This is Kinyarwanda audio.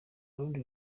rundi